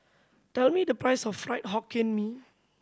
tell me the price of Fried Hokkien Mee